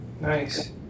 nice